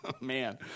man